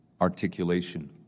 articulation